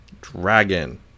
Dragon